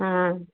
हाँ